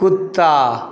कुत्ता